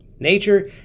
Nature